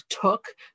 took